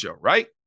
right